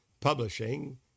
publishing